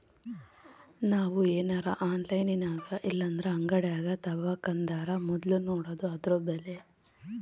ನಾವು ಏನರ ಆನ್ಲೈನಿನಾಗಇಲ್ಲಂದ್ರ ಅಂಗಡ್ಯಾಗ ತಾಬಕಂದರ ಮೊದ್ಲು ನೋಡಾದು ಅದುರ ಬೆಲೆ